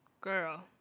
Girl